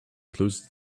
closest